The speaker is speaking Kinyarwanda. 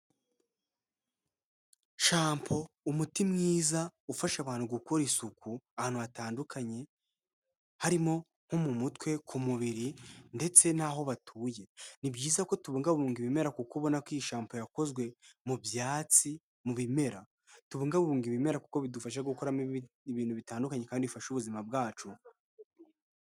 Shampo umuti mwiza ufasha abantu gukora isuku ahantu hatandukanye, harimo nko mu mutwe, ku mubiri ndetse n'aho batuye. Ni byiza ko tubungabunga ibimera kuko ubona ko iyi shampo yakozwe mu byatsi, mu bimera. Tubungabunge ibimera kuko bidufasha gukuramo ibintu bitandukanye kandi bifasha ubuzima bwacu.